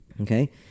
Okay